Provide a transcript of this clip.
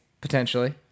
potentially